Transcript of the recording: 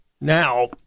Now